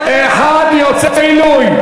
אחד יוצא עילוי.